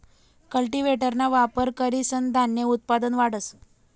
कल्टीव्हेटरना वापर करीसन धान्य उत्पादन वाढस